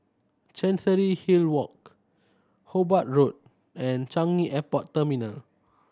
Chancery Hill Walk Hobart Road and Changi Airport Terminal